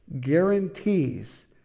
guarantees